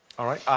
all right.